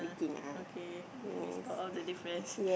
okay we spot all the difference